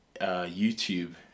YouTube